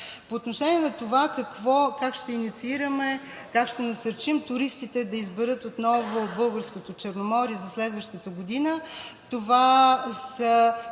По отношение на това как ще инициираме, как ще насърчим туристите да изберат отново Българското Черноморие за следващата година – това са